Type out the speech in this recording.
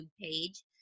page